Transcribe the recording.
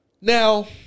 Now